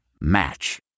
Match